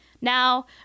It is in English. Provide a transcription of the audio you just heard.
Now